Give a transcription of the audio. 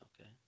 okay